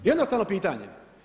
Jednostavno pitanje.